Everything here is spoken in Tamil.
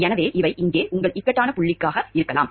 எனவே இவை இங்கே உங்கள் இக்கட்டான புள்ளியாக இருக்கலாம்